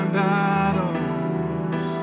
battles